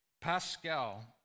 Pascal